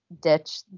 ditch